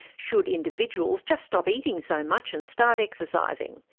should individuals just stop eating so much and start exercising?